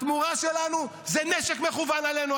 התמורה שלנו זה נשק מכוון עלינו,